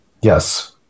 Yes